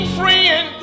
friend